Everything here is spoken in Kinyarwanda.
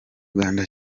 uganda